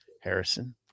Harrison